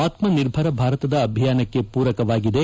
ಆತ್ಮಿರ್ಭರ ಭಾರತದ ಅಭಿಯಾನಕ್ಕೆ ಪೂರಕವಾಗಿದೆ